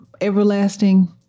everlasting